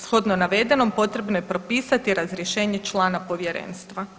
Shodno navedenom potrebno je propisati razrješenje člana povjerenstva.